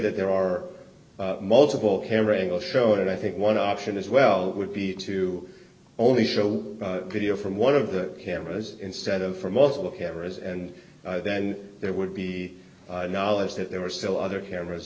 that there are multiple camera angle showed i think one option as well would be to only show video from one of the cameras instead of for most of the cameras and then there would be knowledge that there were still other cameras